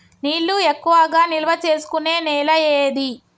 నీళ్లు ఎక్కువగా నిల్వ చేసుకునే నేల ఏది?